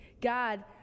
God